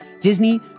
Disney